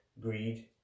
Greed